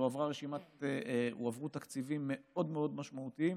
אבל הועברו תקציבים מאוד מאוד משמעותיים,